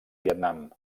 vietnam